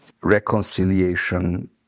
Reconciliation